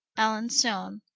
alanson,